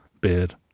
beard